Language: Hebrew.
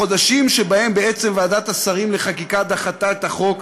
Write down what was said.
החודשים שבהם בעצם ועדת השרים לחקיקה דחתה את החוק,